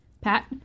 Pat